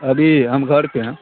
ابھی ہم گھر پہ ہیں